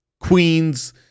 queens